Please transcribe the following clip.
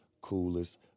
coolest